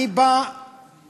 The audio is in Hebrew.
אני בא מהחקלאות.